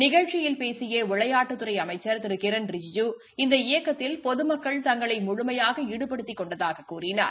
நிகழ்ச்சயில் பேசிய விளைய்டுத்துறை அமைச்சா திரு கிரண் ரிஜிஜூ இந்த இயக்கத்தில் பொதுமக்கள் தங்களை முழுமையாக ஈடுபடுத்திக் கொண்டதாகக் கூறினார்